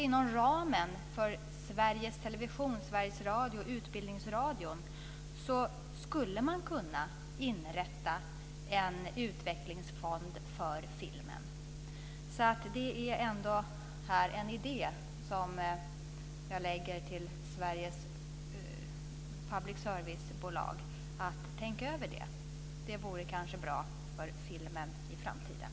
Inom ramen för Sveriges Television, Sveriges Radio och Utbildningsradion skulle man kunna inrätta en utvecklingsfond för filmen. Det är en idé som jag överlämnar till Sveriges public service-bolag. Det är något att tänka över. Det vore kanske bra för filmen i framtiden.